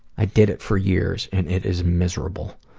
i did it for years, and it is miserable.